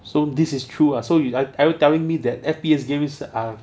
so this is true ah so you like are you telling me that F_P_S games are